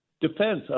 defense